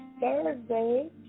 Thursday